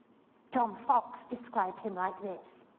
john fox described him like this.